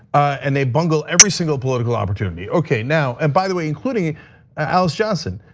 and they bungle every single political opportunity. okay, now, and by the way, including alice johnson,